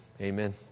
Amen